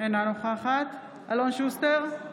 אינה נוכחת אלון שוסטר,